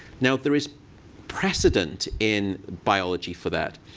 now, there is precedent in biology for that.